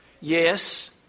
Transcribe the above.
Yes